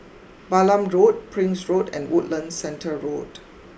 Balam Road Prince Road and Woodlands Centre Road